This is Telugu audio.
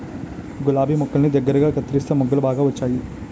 గులాబి మొక్కల్ని దగ్గరగా కత్తెరిస్తే మొగ్గలు బాగా వచ్చేయి